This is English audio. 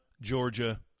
Georgia